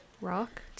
rock